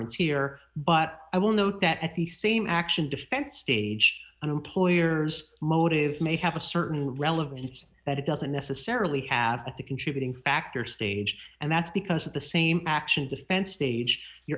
ts here but i will note that at the same action defense stage an employer's motive may have a certain relevance that it doesn't necessarily have a contributing factor stage and that's because of the same action defense stage you're